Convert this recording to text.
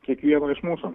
kiekvieno iš mūsų